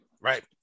right